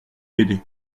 aidé